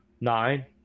Nine